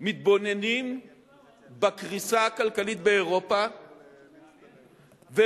מתבוננים בקריסה הכלכלית באירופה ומקווים,